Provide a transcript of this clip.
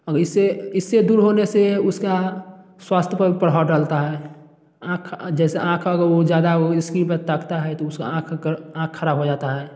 अब इससे इससे दूर होने से उसका स्वास्थ्य पर प्रभाव डालता है आँख जैसा आँख ज्यादा स्क्रीन पर ताकता है तो उसका आँख खराब हो जाता है